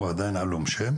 הוא עדיין עלום שם